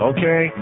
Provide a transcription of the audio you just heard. Okay